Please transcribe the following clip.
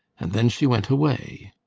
and then she went away.